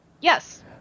Yes